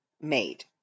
made